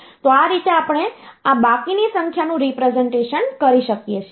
તો આ રીતે આપણે આ બાકીની સંખ્યાઓનું રીપ્રેસનટેશન કરી શકીએ છીએ